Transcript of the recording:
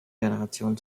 generationen